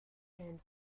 and